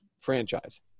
franchise